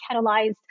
catalyzed